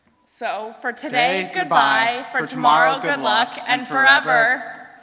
so for today, goodbye, for tomorrow, good luck, and forever